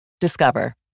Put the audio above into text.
Discover